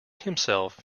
himself